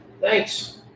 thanks